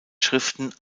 schriften